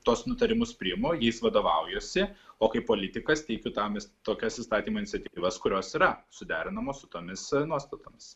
tuos nutarimus priimu jais vadovaujuosi o kaip politikas teikiu tam tokias įstatymų iniciatyvas kurios yra suderinamos su tomis nuostatomis